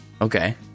okay